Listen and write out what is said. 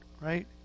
right